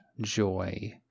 joy